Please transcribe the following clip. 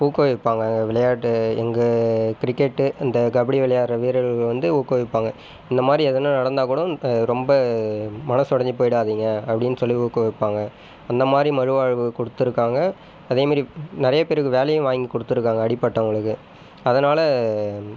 ஊக்குவிப்பாங்க விளையாட்டு எங்கள் கிரிக்கெட் இந்த கபடி விளையாடுற வீரர்கள் வந்து ஊக்குவிப்பாங்க இந்த மாதிரி எதனா நடந்தால் கூடோ ரொம்ப மனது உடஞ்சி போய்டாதீங்கள் அப்படின்னு சொல்லி ஊக்குவிப்பாங்க அந்த மாதிரி மறுவாழ்வு கொடுத்துருக்காங்க அதே மாரி நிறைய பேருக்கு வேலையும் வாங்கி கொடுத்துருக்காங்க அடிபட்டவர்களுக்கு அதனால்